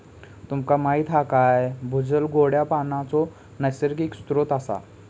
तुमका माहीत हा काय भूजल गोड्या पानाचो नैसर्गिक स्त्रोत असा